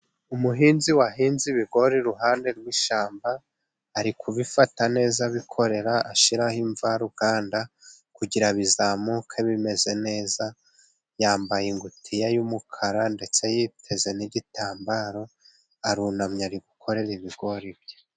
Umuhinzi wahinze ibigori iruhande rw'ishyamba ari kubifata neza abikorera ashiraho imvaruganda kugira bizamuke bimeze neza, yambaye ingutiya y'umukara ndetse yiteze n'igitambaro arunamye ari gukorera ibigori.